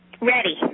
Ready